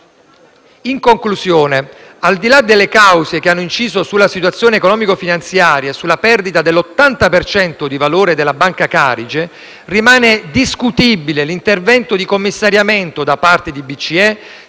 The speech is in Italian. In conclusione, al di là delle cause che hanno inciso sulla situazione economico-finanziaria e sulla perdita dell'80 per cento di valore di Banca Carige, rimane discutibile l'intervento di commissariamento da parte di BCE